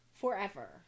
forever